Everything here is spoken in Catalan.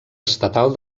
estatal